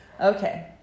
Okay